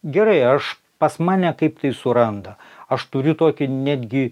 gerai aš pas mane kaip tai suranda aš turiu tokį netgi